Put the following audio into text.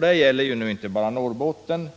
Det gäller inte bara Norrbotten.